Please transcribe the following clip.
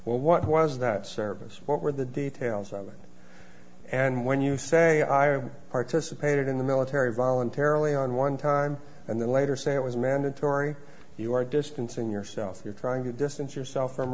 well what was that service what were the details of it and when you say i am participated in the military voluntarily on one time and then later say it was mandatory you are distancing yourself you're trying to distance yourself from